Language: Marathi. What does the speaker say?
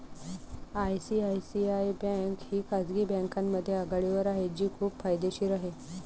आय.सी.आय.सी.आय बँक ही खाजगी बँकांमध्ये आघाडीवर आहे जी खूप फायदेशीर आहे